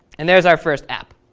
and there's our first app.